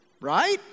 Right